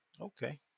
Okay